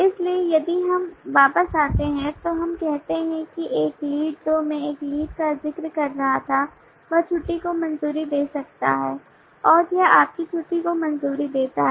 इसलिए यदि हम वापस आते हैं तो हम कह सकते हैं कि एक लीड जो मैं एक लीड का जिक्र कर रहा था वह छुट्टी को मंजूरी दे सकता है और यह आपकी छुट्टी को मंजूरी देता है